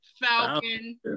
Falcon